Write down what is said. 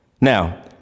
Now